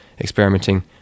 experimenting